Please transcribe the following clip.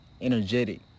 energetic